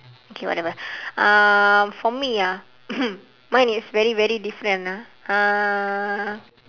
okay whatever um for me ah mine is very very different ah uh